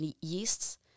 yeasts